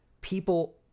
people